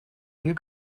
you